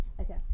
okay